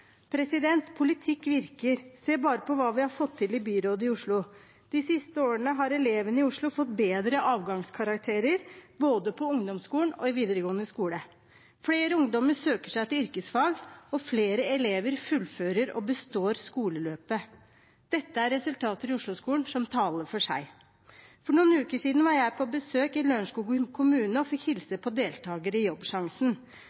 Politikk virker. Se bare på hva vi har fått til i byrådet i Oslo. De siste årene har elevene i Oslo fått bedre avgangskarakterer både på ungdomsskolen og i videregående skole. Flere ungdommer søker seg til yrkesfag, og flere elever fullfører og består skoleløpet. Dette er resultater i Osloskolen som taler for seg. For noen uker siden var jeg på besøk i Lørenskog kommune og fikk